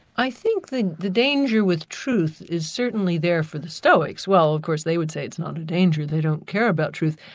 i think the danger with truth is certainly there for the stoics. well of course they would say it's not a danger, they don't care about truth.